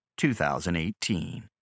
2018